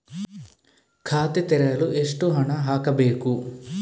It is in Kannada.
ಖಾತೆ ತೆರೆಯಲು ಎಷ್ಟು ಹಣ ಹಾಕಬೇಕು?